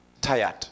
tired